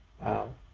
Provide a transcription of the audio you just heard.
Wow